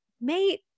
mate